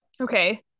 okay